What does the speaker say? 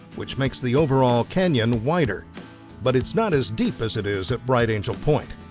which makes the overall canyon wider but it's not as deep as it is at bright angel point.